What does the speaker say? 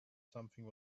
something